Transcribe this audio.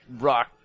rock